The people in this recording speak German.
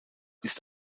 ist